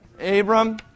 Abram